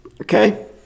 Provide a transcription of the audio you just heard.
Okay